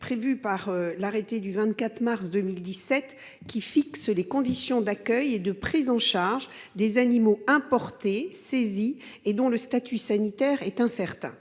prévues par l’arrêté du 24 mars 2017, qui fixe les conditions d’accueil et de prise en charge des animaux importés saisis dont le statut sanitaire est incertain.